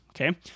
Okay